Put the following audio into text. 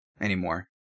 anymore